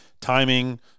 timing –